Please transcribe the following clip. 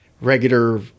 regular